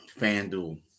FanDuel